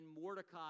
Mordecai